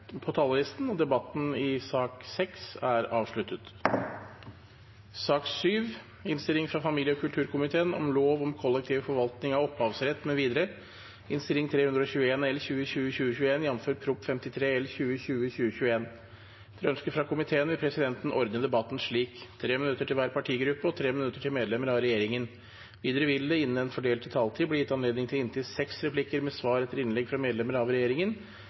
sak nr. 6. Etter ønske fra familie- og kulturkomiteen vil presidenten ordne debatten slik: 3 minutter til hver partigruppe og 3 minutter til medlemmer av regjeringen. Videre vil det – innenfor den fordelte taletid – bli gitt anledning til inntil seks replikker med svar etter innlegg fra medlemmer av regjeringen,